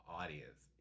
audience